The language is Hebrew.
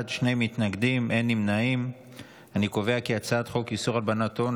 ההצעה להעביר את הצעת חוק איסור הלבנת הון